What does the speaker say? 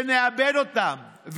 ונאבד אותם,